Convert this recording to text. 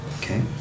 Okay